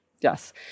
Yes